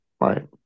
right